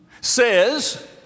says